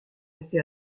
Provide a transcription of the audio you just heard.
été